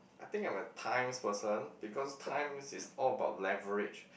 I think I'm a times person because times is all about leverage